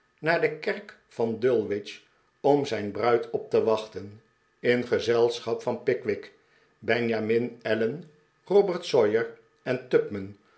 naar de kerk van dulwich om zijn bruid op te wachten in gezelschap van pickwick benjamin allen robert sawyer en